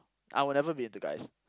I will never be into guys